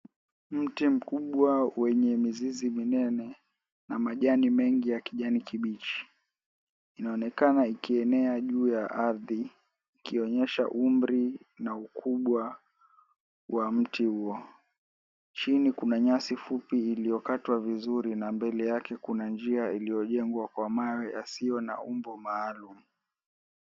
Mti mkubwa wenye mizizi minene, na majani mengi ya kijani kibichi, inaonekana ikienea juu ya ardhi, ikionyesha umri na ukubwa wa mti huo. Chini kuna nyasi fupi iliyokatwa vizuri na mbele yake kuna njia iliyojengwa kwa mawe yasiyo na umbo maalumu.